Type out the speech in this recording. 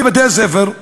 בבתי-הספר.